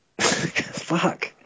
fuck